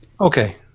Okay